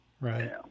right